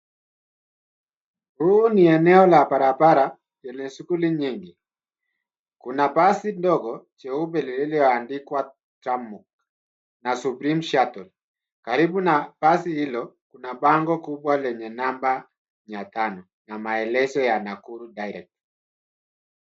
Huu ni eneo la barabara yenye shughuli nyingi kuna basi ndogo jeupe likiloandikwa Tramuk na Supreme Shuttle karibu na basi hilo kuna bango kubwa lenye namba 500 na melezo ya Nakuru Direct.